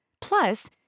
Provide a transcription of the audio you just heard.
Plus